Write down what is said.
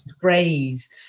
phrase